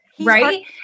Right